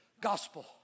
gospel